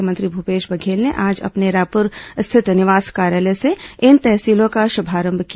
मुख्यमंत्री भूपेश बघेल ने आज अपने रायपुर स्थित निवास कार्यालय से इन तहसीलों का श्भारंभ किया